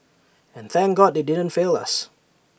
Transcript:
and thank God they didn't fail us